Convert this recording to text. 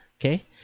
Okay